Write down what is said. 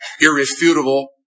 irrefutable